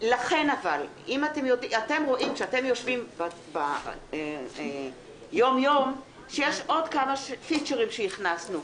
לכן אם אתם רואים כשאתם יושבים ביום-יום שיש עוד כמה פיצ'רים שהכנסנו.